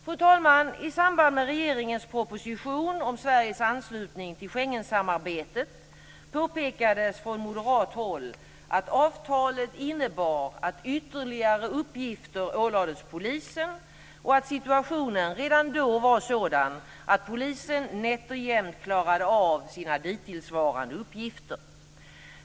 Fru talman! I samband med regeringens proposition om Sveriges anslutning till Schengensamarbetet, påpekades från moderat håll att avtalet innebar att ytterligare uppgifter ålades polisen och att situationen redan då var sådan att polisen nätt och jämt klarade av sina dittillsvarande uppgifter.